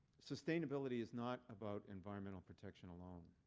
sustainability is not about environmental protection alone.